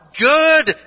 Good